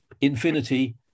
infinity